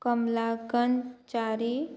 Kamalakan Chari